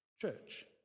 church